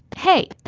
hey!